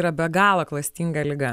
yra be galo klastinga liga